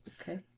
okay